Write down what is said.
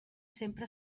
sempre